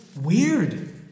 weird